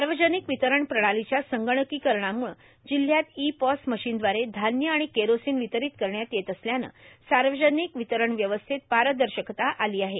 सावर्जानक वितरण प्रणालांच्या संगणकोकरणामुळ जिल्ह्यात ई पॉस मशीनद्वारे धान्य आर्माण केरोसीन वितरांत करण्यात येत असल्यानं सावर्जानक वितरण व्यवस्थेत पारदशकता आलां आहे